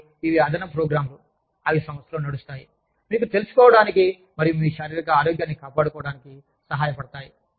మరియు ఇవి అదనపు ప్రోగ్రామ్లు అవి సంస్థలో నడుస్తాయి మీకు తెలుసుకోవటానికి మరియు మీ శారీరక ఆరోగ్యాన్ని కాపాడుకోవడానికి సహాయపడతాయి